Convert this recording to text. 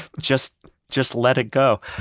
just just let it go.